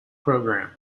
program